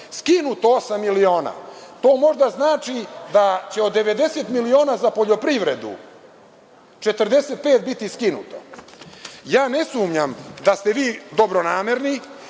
skinuto osam miliona. To možda znači da će od 90 miliona za poljoprivredu 45 biti skinuto. Ne sumnjam da ste vi dobronamerni